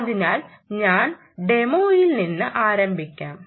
അതിനാൽ ഞാൻ ഡെമോയിൽ നിന്ന് ആരംഭിക്കാം